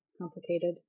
complicated